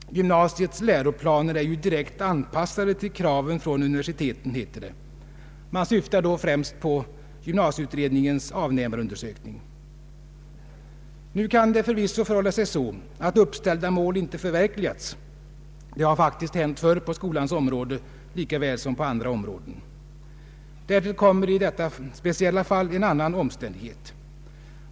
Gymnasiets läroplaner är ju direkt anpassade till kraven från universiteten, heter det. Man syftar då främst på gymnasieutredningens <:avnämarundersökning. Det kan förvisso förhålla sig så att uppställda mål inte förverkligats. Det har faktiskt hänt förr på skolans område lika väl som på andra områden. Därtill kommer i detta speciella fall en annan omständighet.